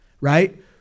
right